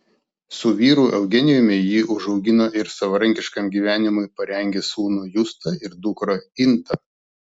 su vyru eugenijumi ji užaugino ir savarankiškam gyvenimui parengė sūnų justą ir dukrą intą